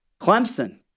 Clemson